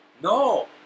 no